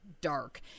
dark